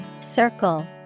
Circle